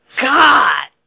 God